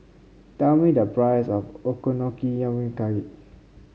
tell me the price of Okonomiyaki